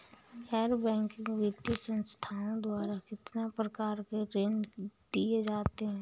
गैर बैंकिंग वित्तीय संस्थाओं द्वारा कितनी प्रकार के ऋण दिए जाते हैं?